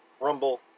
Rumble